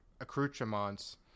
accoutrements